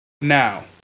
Now